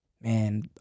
Man